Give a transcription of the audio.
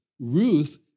Ruth